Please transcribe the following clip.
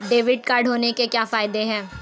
Debit card होने के क्या फायदे हैं?